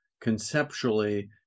conceptually